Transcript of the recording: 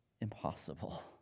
impossible